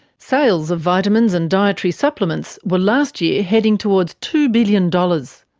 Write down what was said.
sales of vitamins and dietary supplements were last year heading towards two billion dollars.